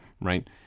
Right